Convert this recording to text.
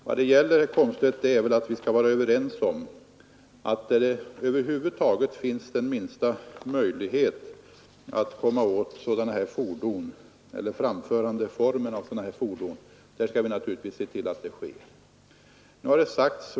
Vad saken gäller, herr Komstedt, är väl att vi skall vara överens om att där det över huvud taget finns den minsta möjlighet att komma åt sådana här fordon skall vi naturligtvis se till att det sker.